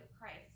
Christ